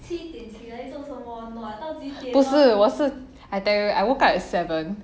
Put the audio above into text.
不是我是 I tell you I woke up at seven